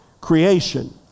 creation